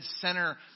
center